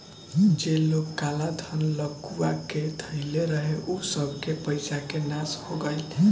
जे लोग काला धन लुकुआ के धइले रहे उ सबके पईसा के नाश हो गईल